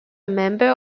member